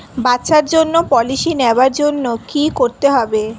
বাচ্চার জন্য পলিসি নেওয়ার জন্য কি করতে হবে?